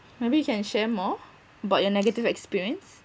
maybe you can share more about your negative experience